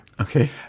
Okay